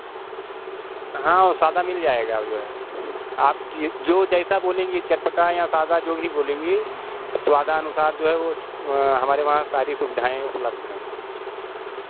हाँ वो सादा मिल जाएगा अब जो है आप जो जैसा बोलेंगी चटपटा या सादा जो भी बोलेंगी स्वादानुसार जो है वो हमारे वहाँ सारी सुविधाएँ उपलब्ध हैं